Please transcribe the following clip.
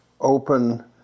open